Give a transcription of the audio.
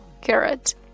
carrot